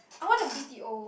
I want to B_T_O